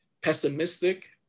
pessimistic